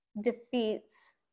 defeats